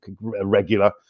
regular